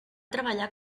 treballar